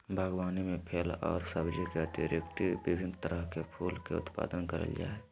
बागवानी में फल और सब्जी के अतिरिक्त विभिन्न तरह के फूल के उत्पादन करल जा हइ